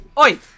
Oi